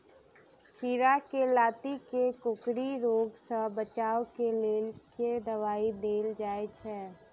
खीरा केँ लाती केँ कोकरी रोग सऽ बचाब केँ लेल केँ दवाई देल जाय छैय?